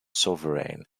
sovereign